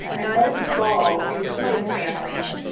and most of all, including families,